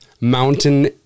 mountain